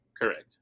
correct